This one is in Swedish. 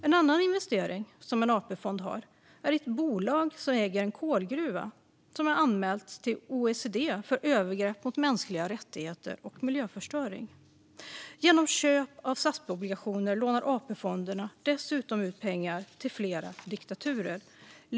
En AP-fond har investerat i ett bolag som äger en kolgruva och har anmälts till OECD för övergrepp mot mänskliga rättigheter och miljöförstöring. Genom köp av statsobligationer lånar AP-fonderna dessutom ut pengar till flera diktaturer.